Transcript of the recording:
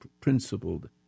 principled